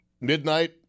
midnight